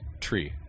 tree